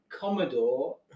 Commodore